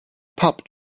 pup